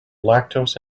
lactose